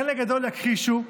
חלק גדול יכחישו,